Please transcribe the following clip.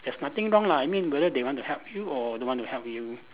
there's nothing wrong lah I mean whether they want to help you or don't want to help you